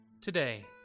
Today